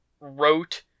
wrote